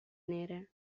nere